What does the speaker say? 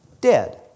dead